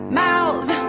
mouths